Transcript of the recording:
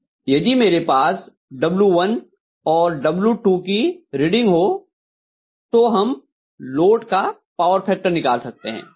यदि मेरे पास W1 और W2 की रीडिंग हो तो हम लोड का पावर फैक्टर निकाल सकते हैं